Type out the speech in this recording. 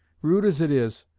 rude as it is,